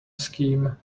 scheme